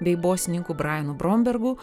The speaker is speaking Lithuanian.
bei bosininku brajenu brombergu